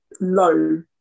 low